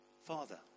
father